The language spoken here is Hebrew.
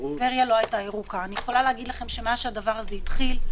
אני יכולה להגיד לכם שמאז שהדבר הזה התחיל,